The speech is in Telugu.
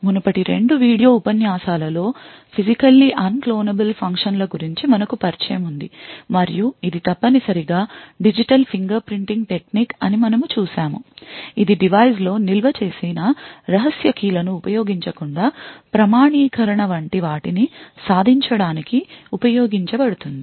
మునుపటి 2 వీడియో ఉపన్యాసాలలో ఫిజికల్లీ అన్క్లోనబుల్ ఫంక్షన్ల గురించి మనకు పరిచయం ఉంది మరియు ఇది తప్పనిసరిగా డిజిటల్ ఫింగర్ ప్రింటింగ్ టెక్నిక్ అని మనము చూశాము ఇది డివైస్ లో నిల్వ చేసిన రహస్య కీలను ఉపయోగించకుండా ప్రామాణీకరణ వంటి వాటిని సాధించడానికి ఉపయోగించబడుతుంది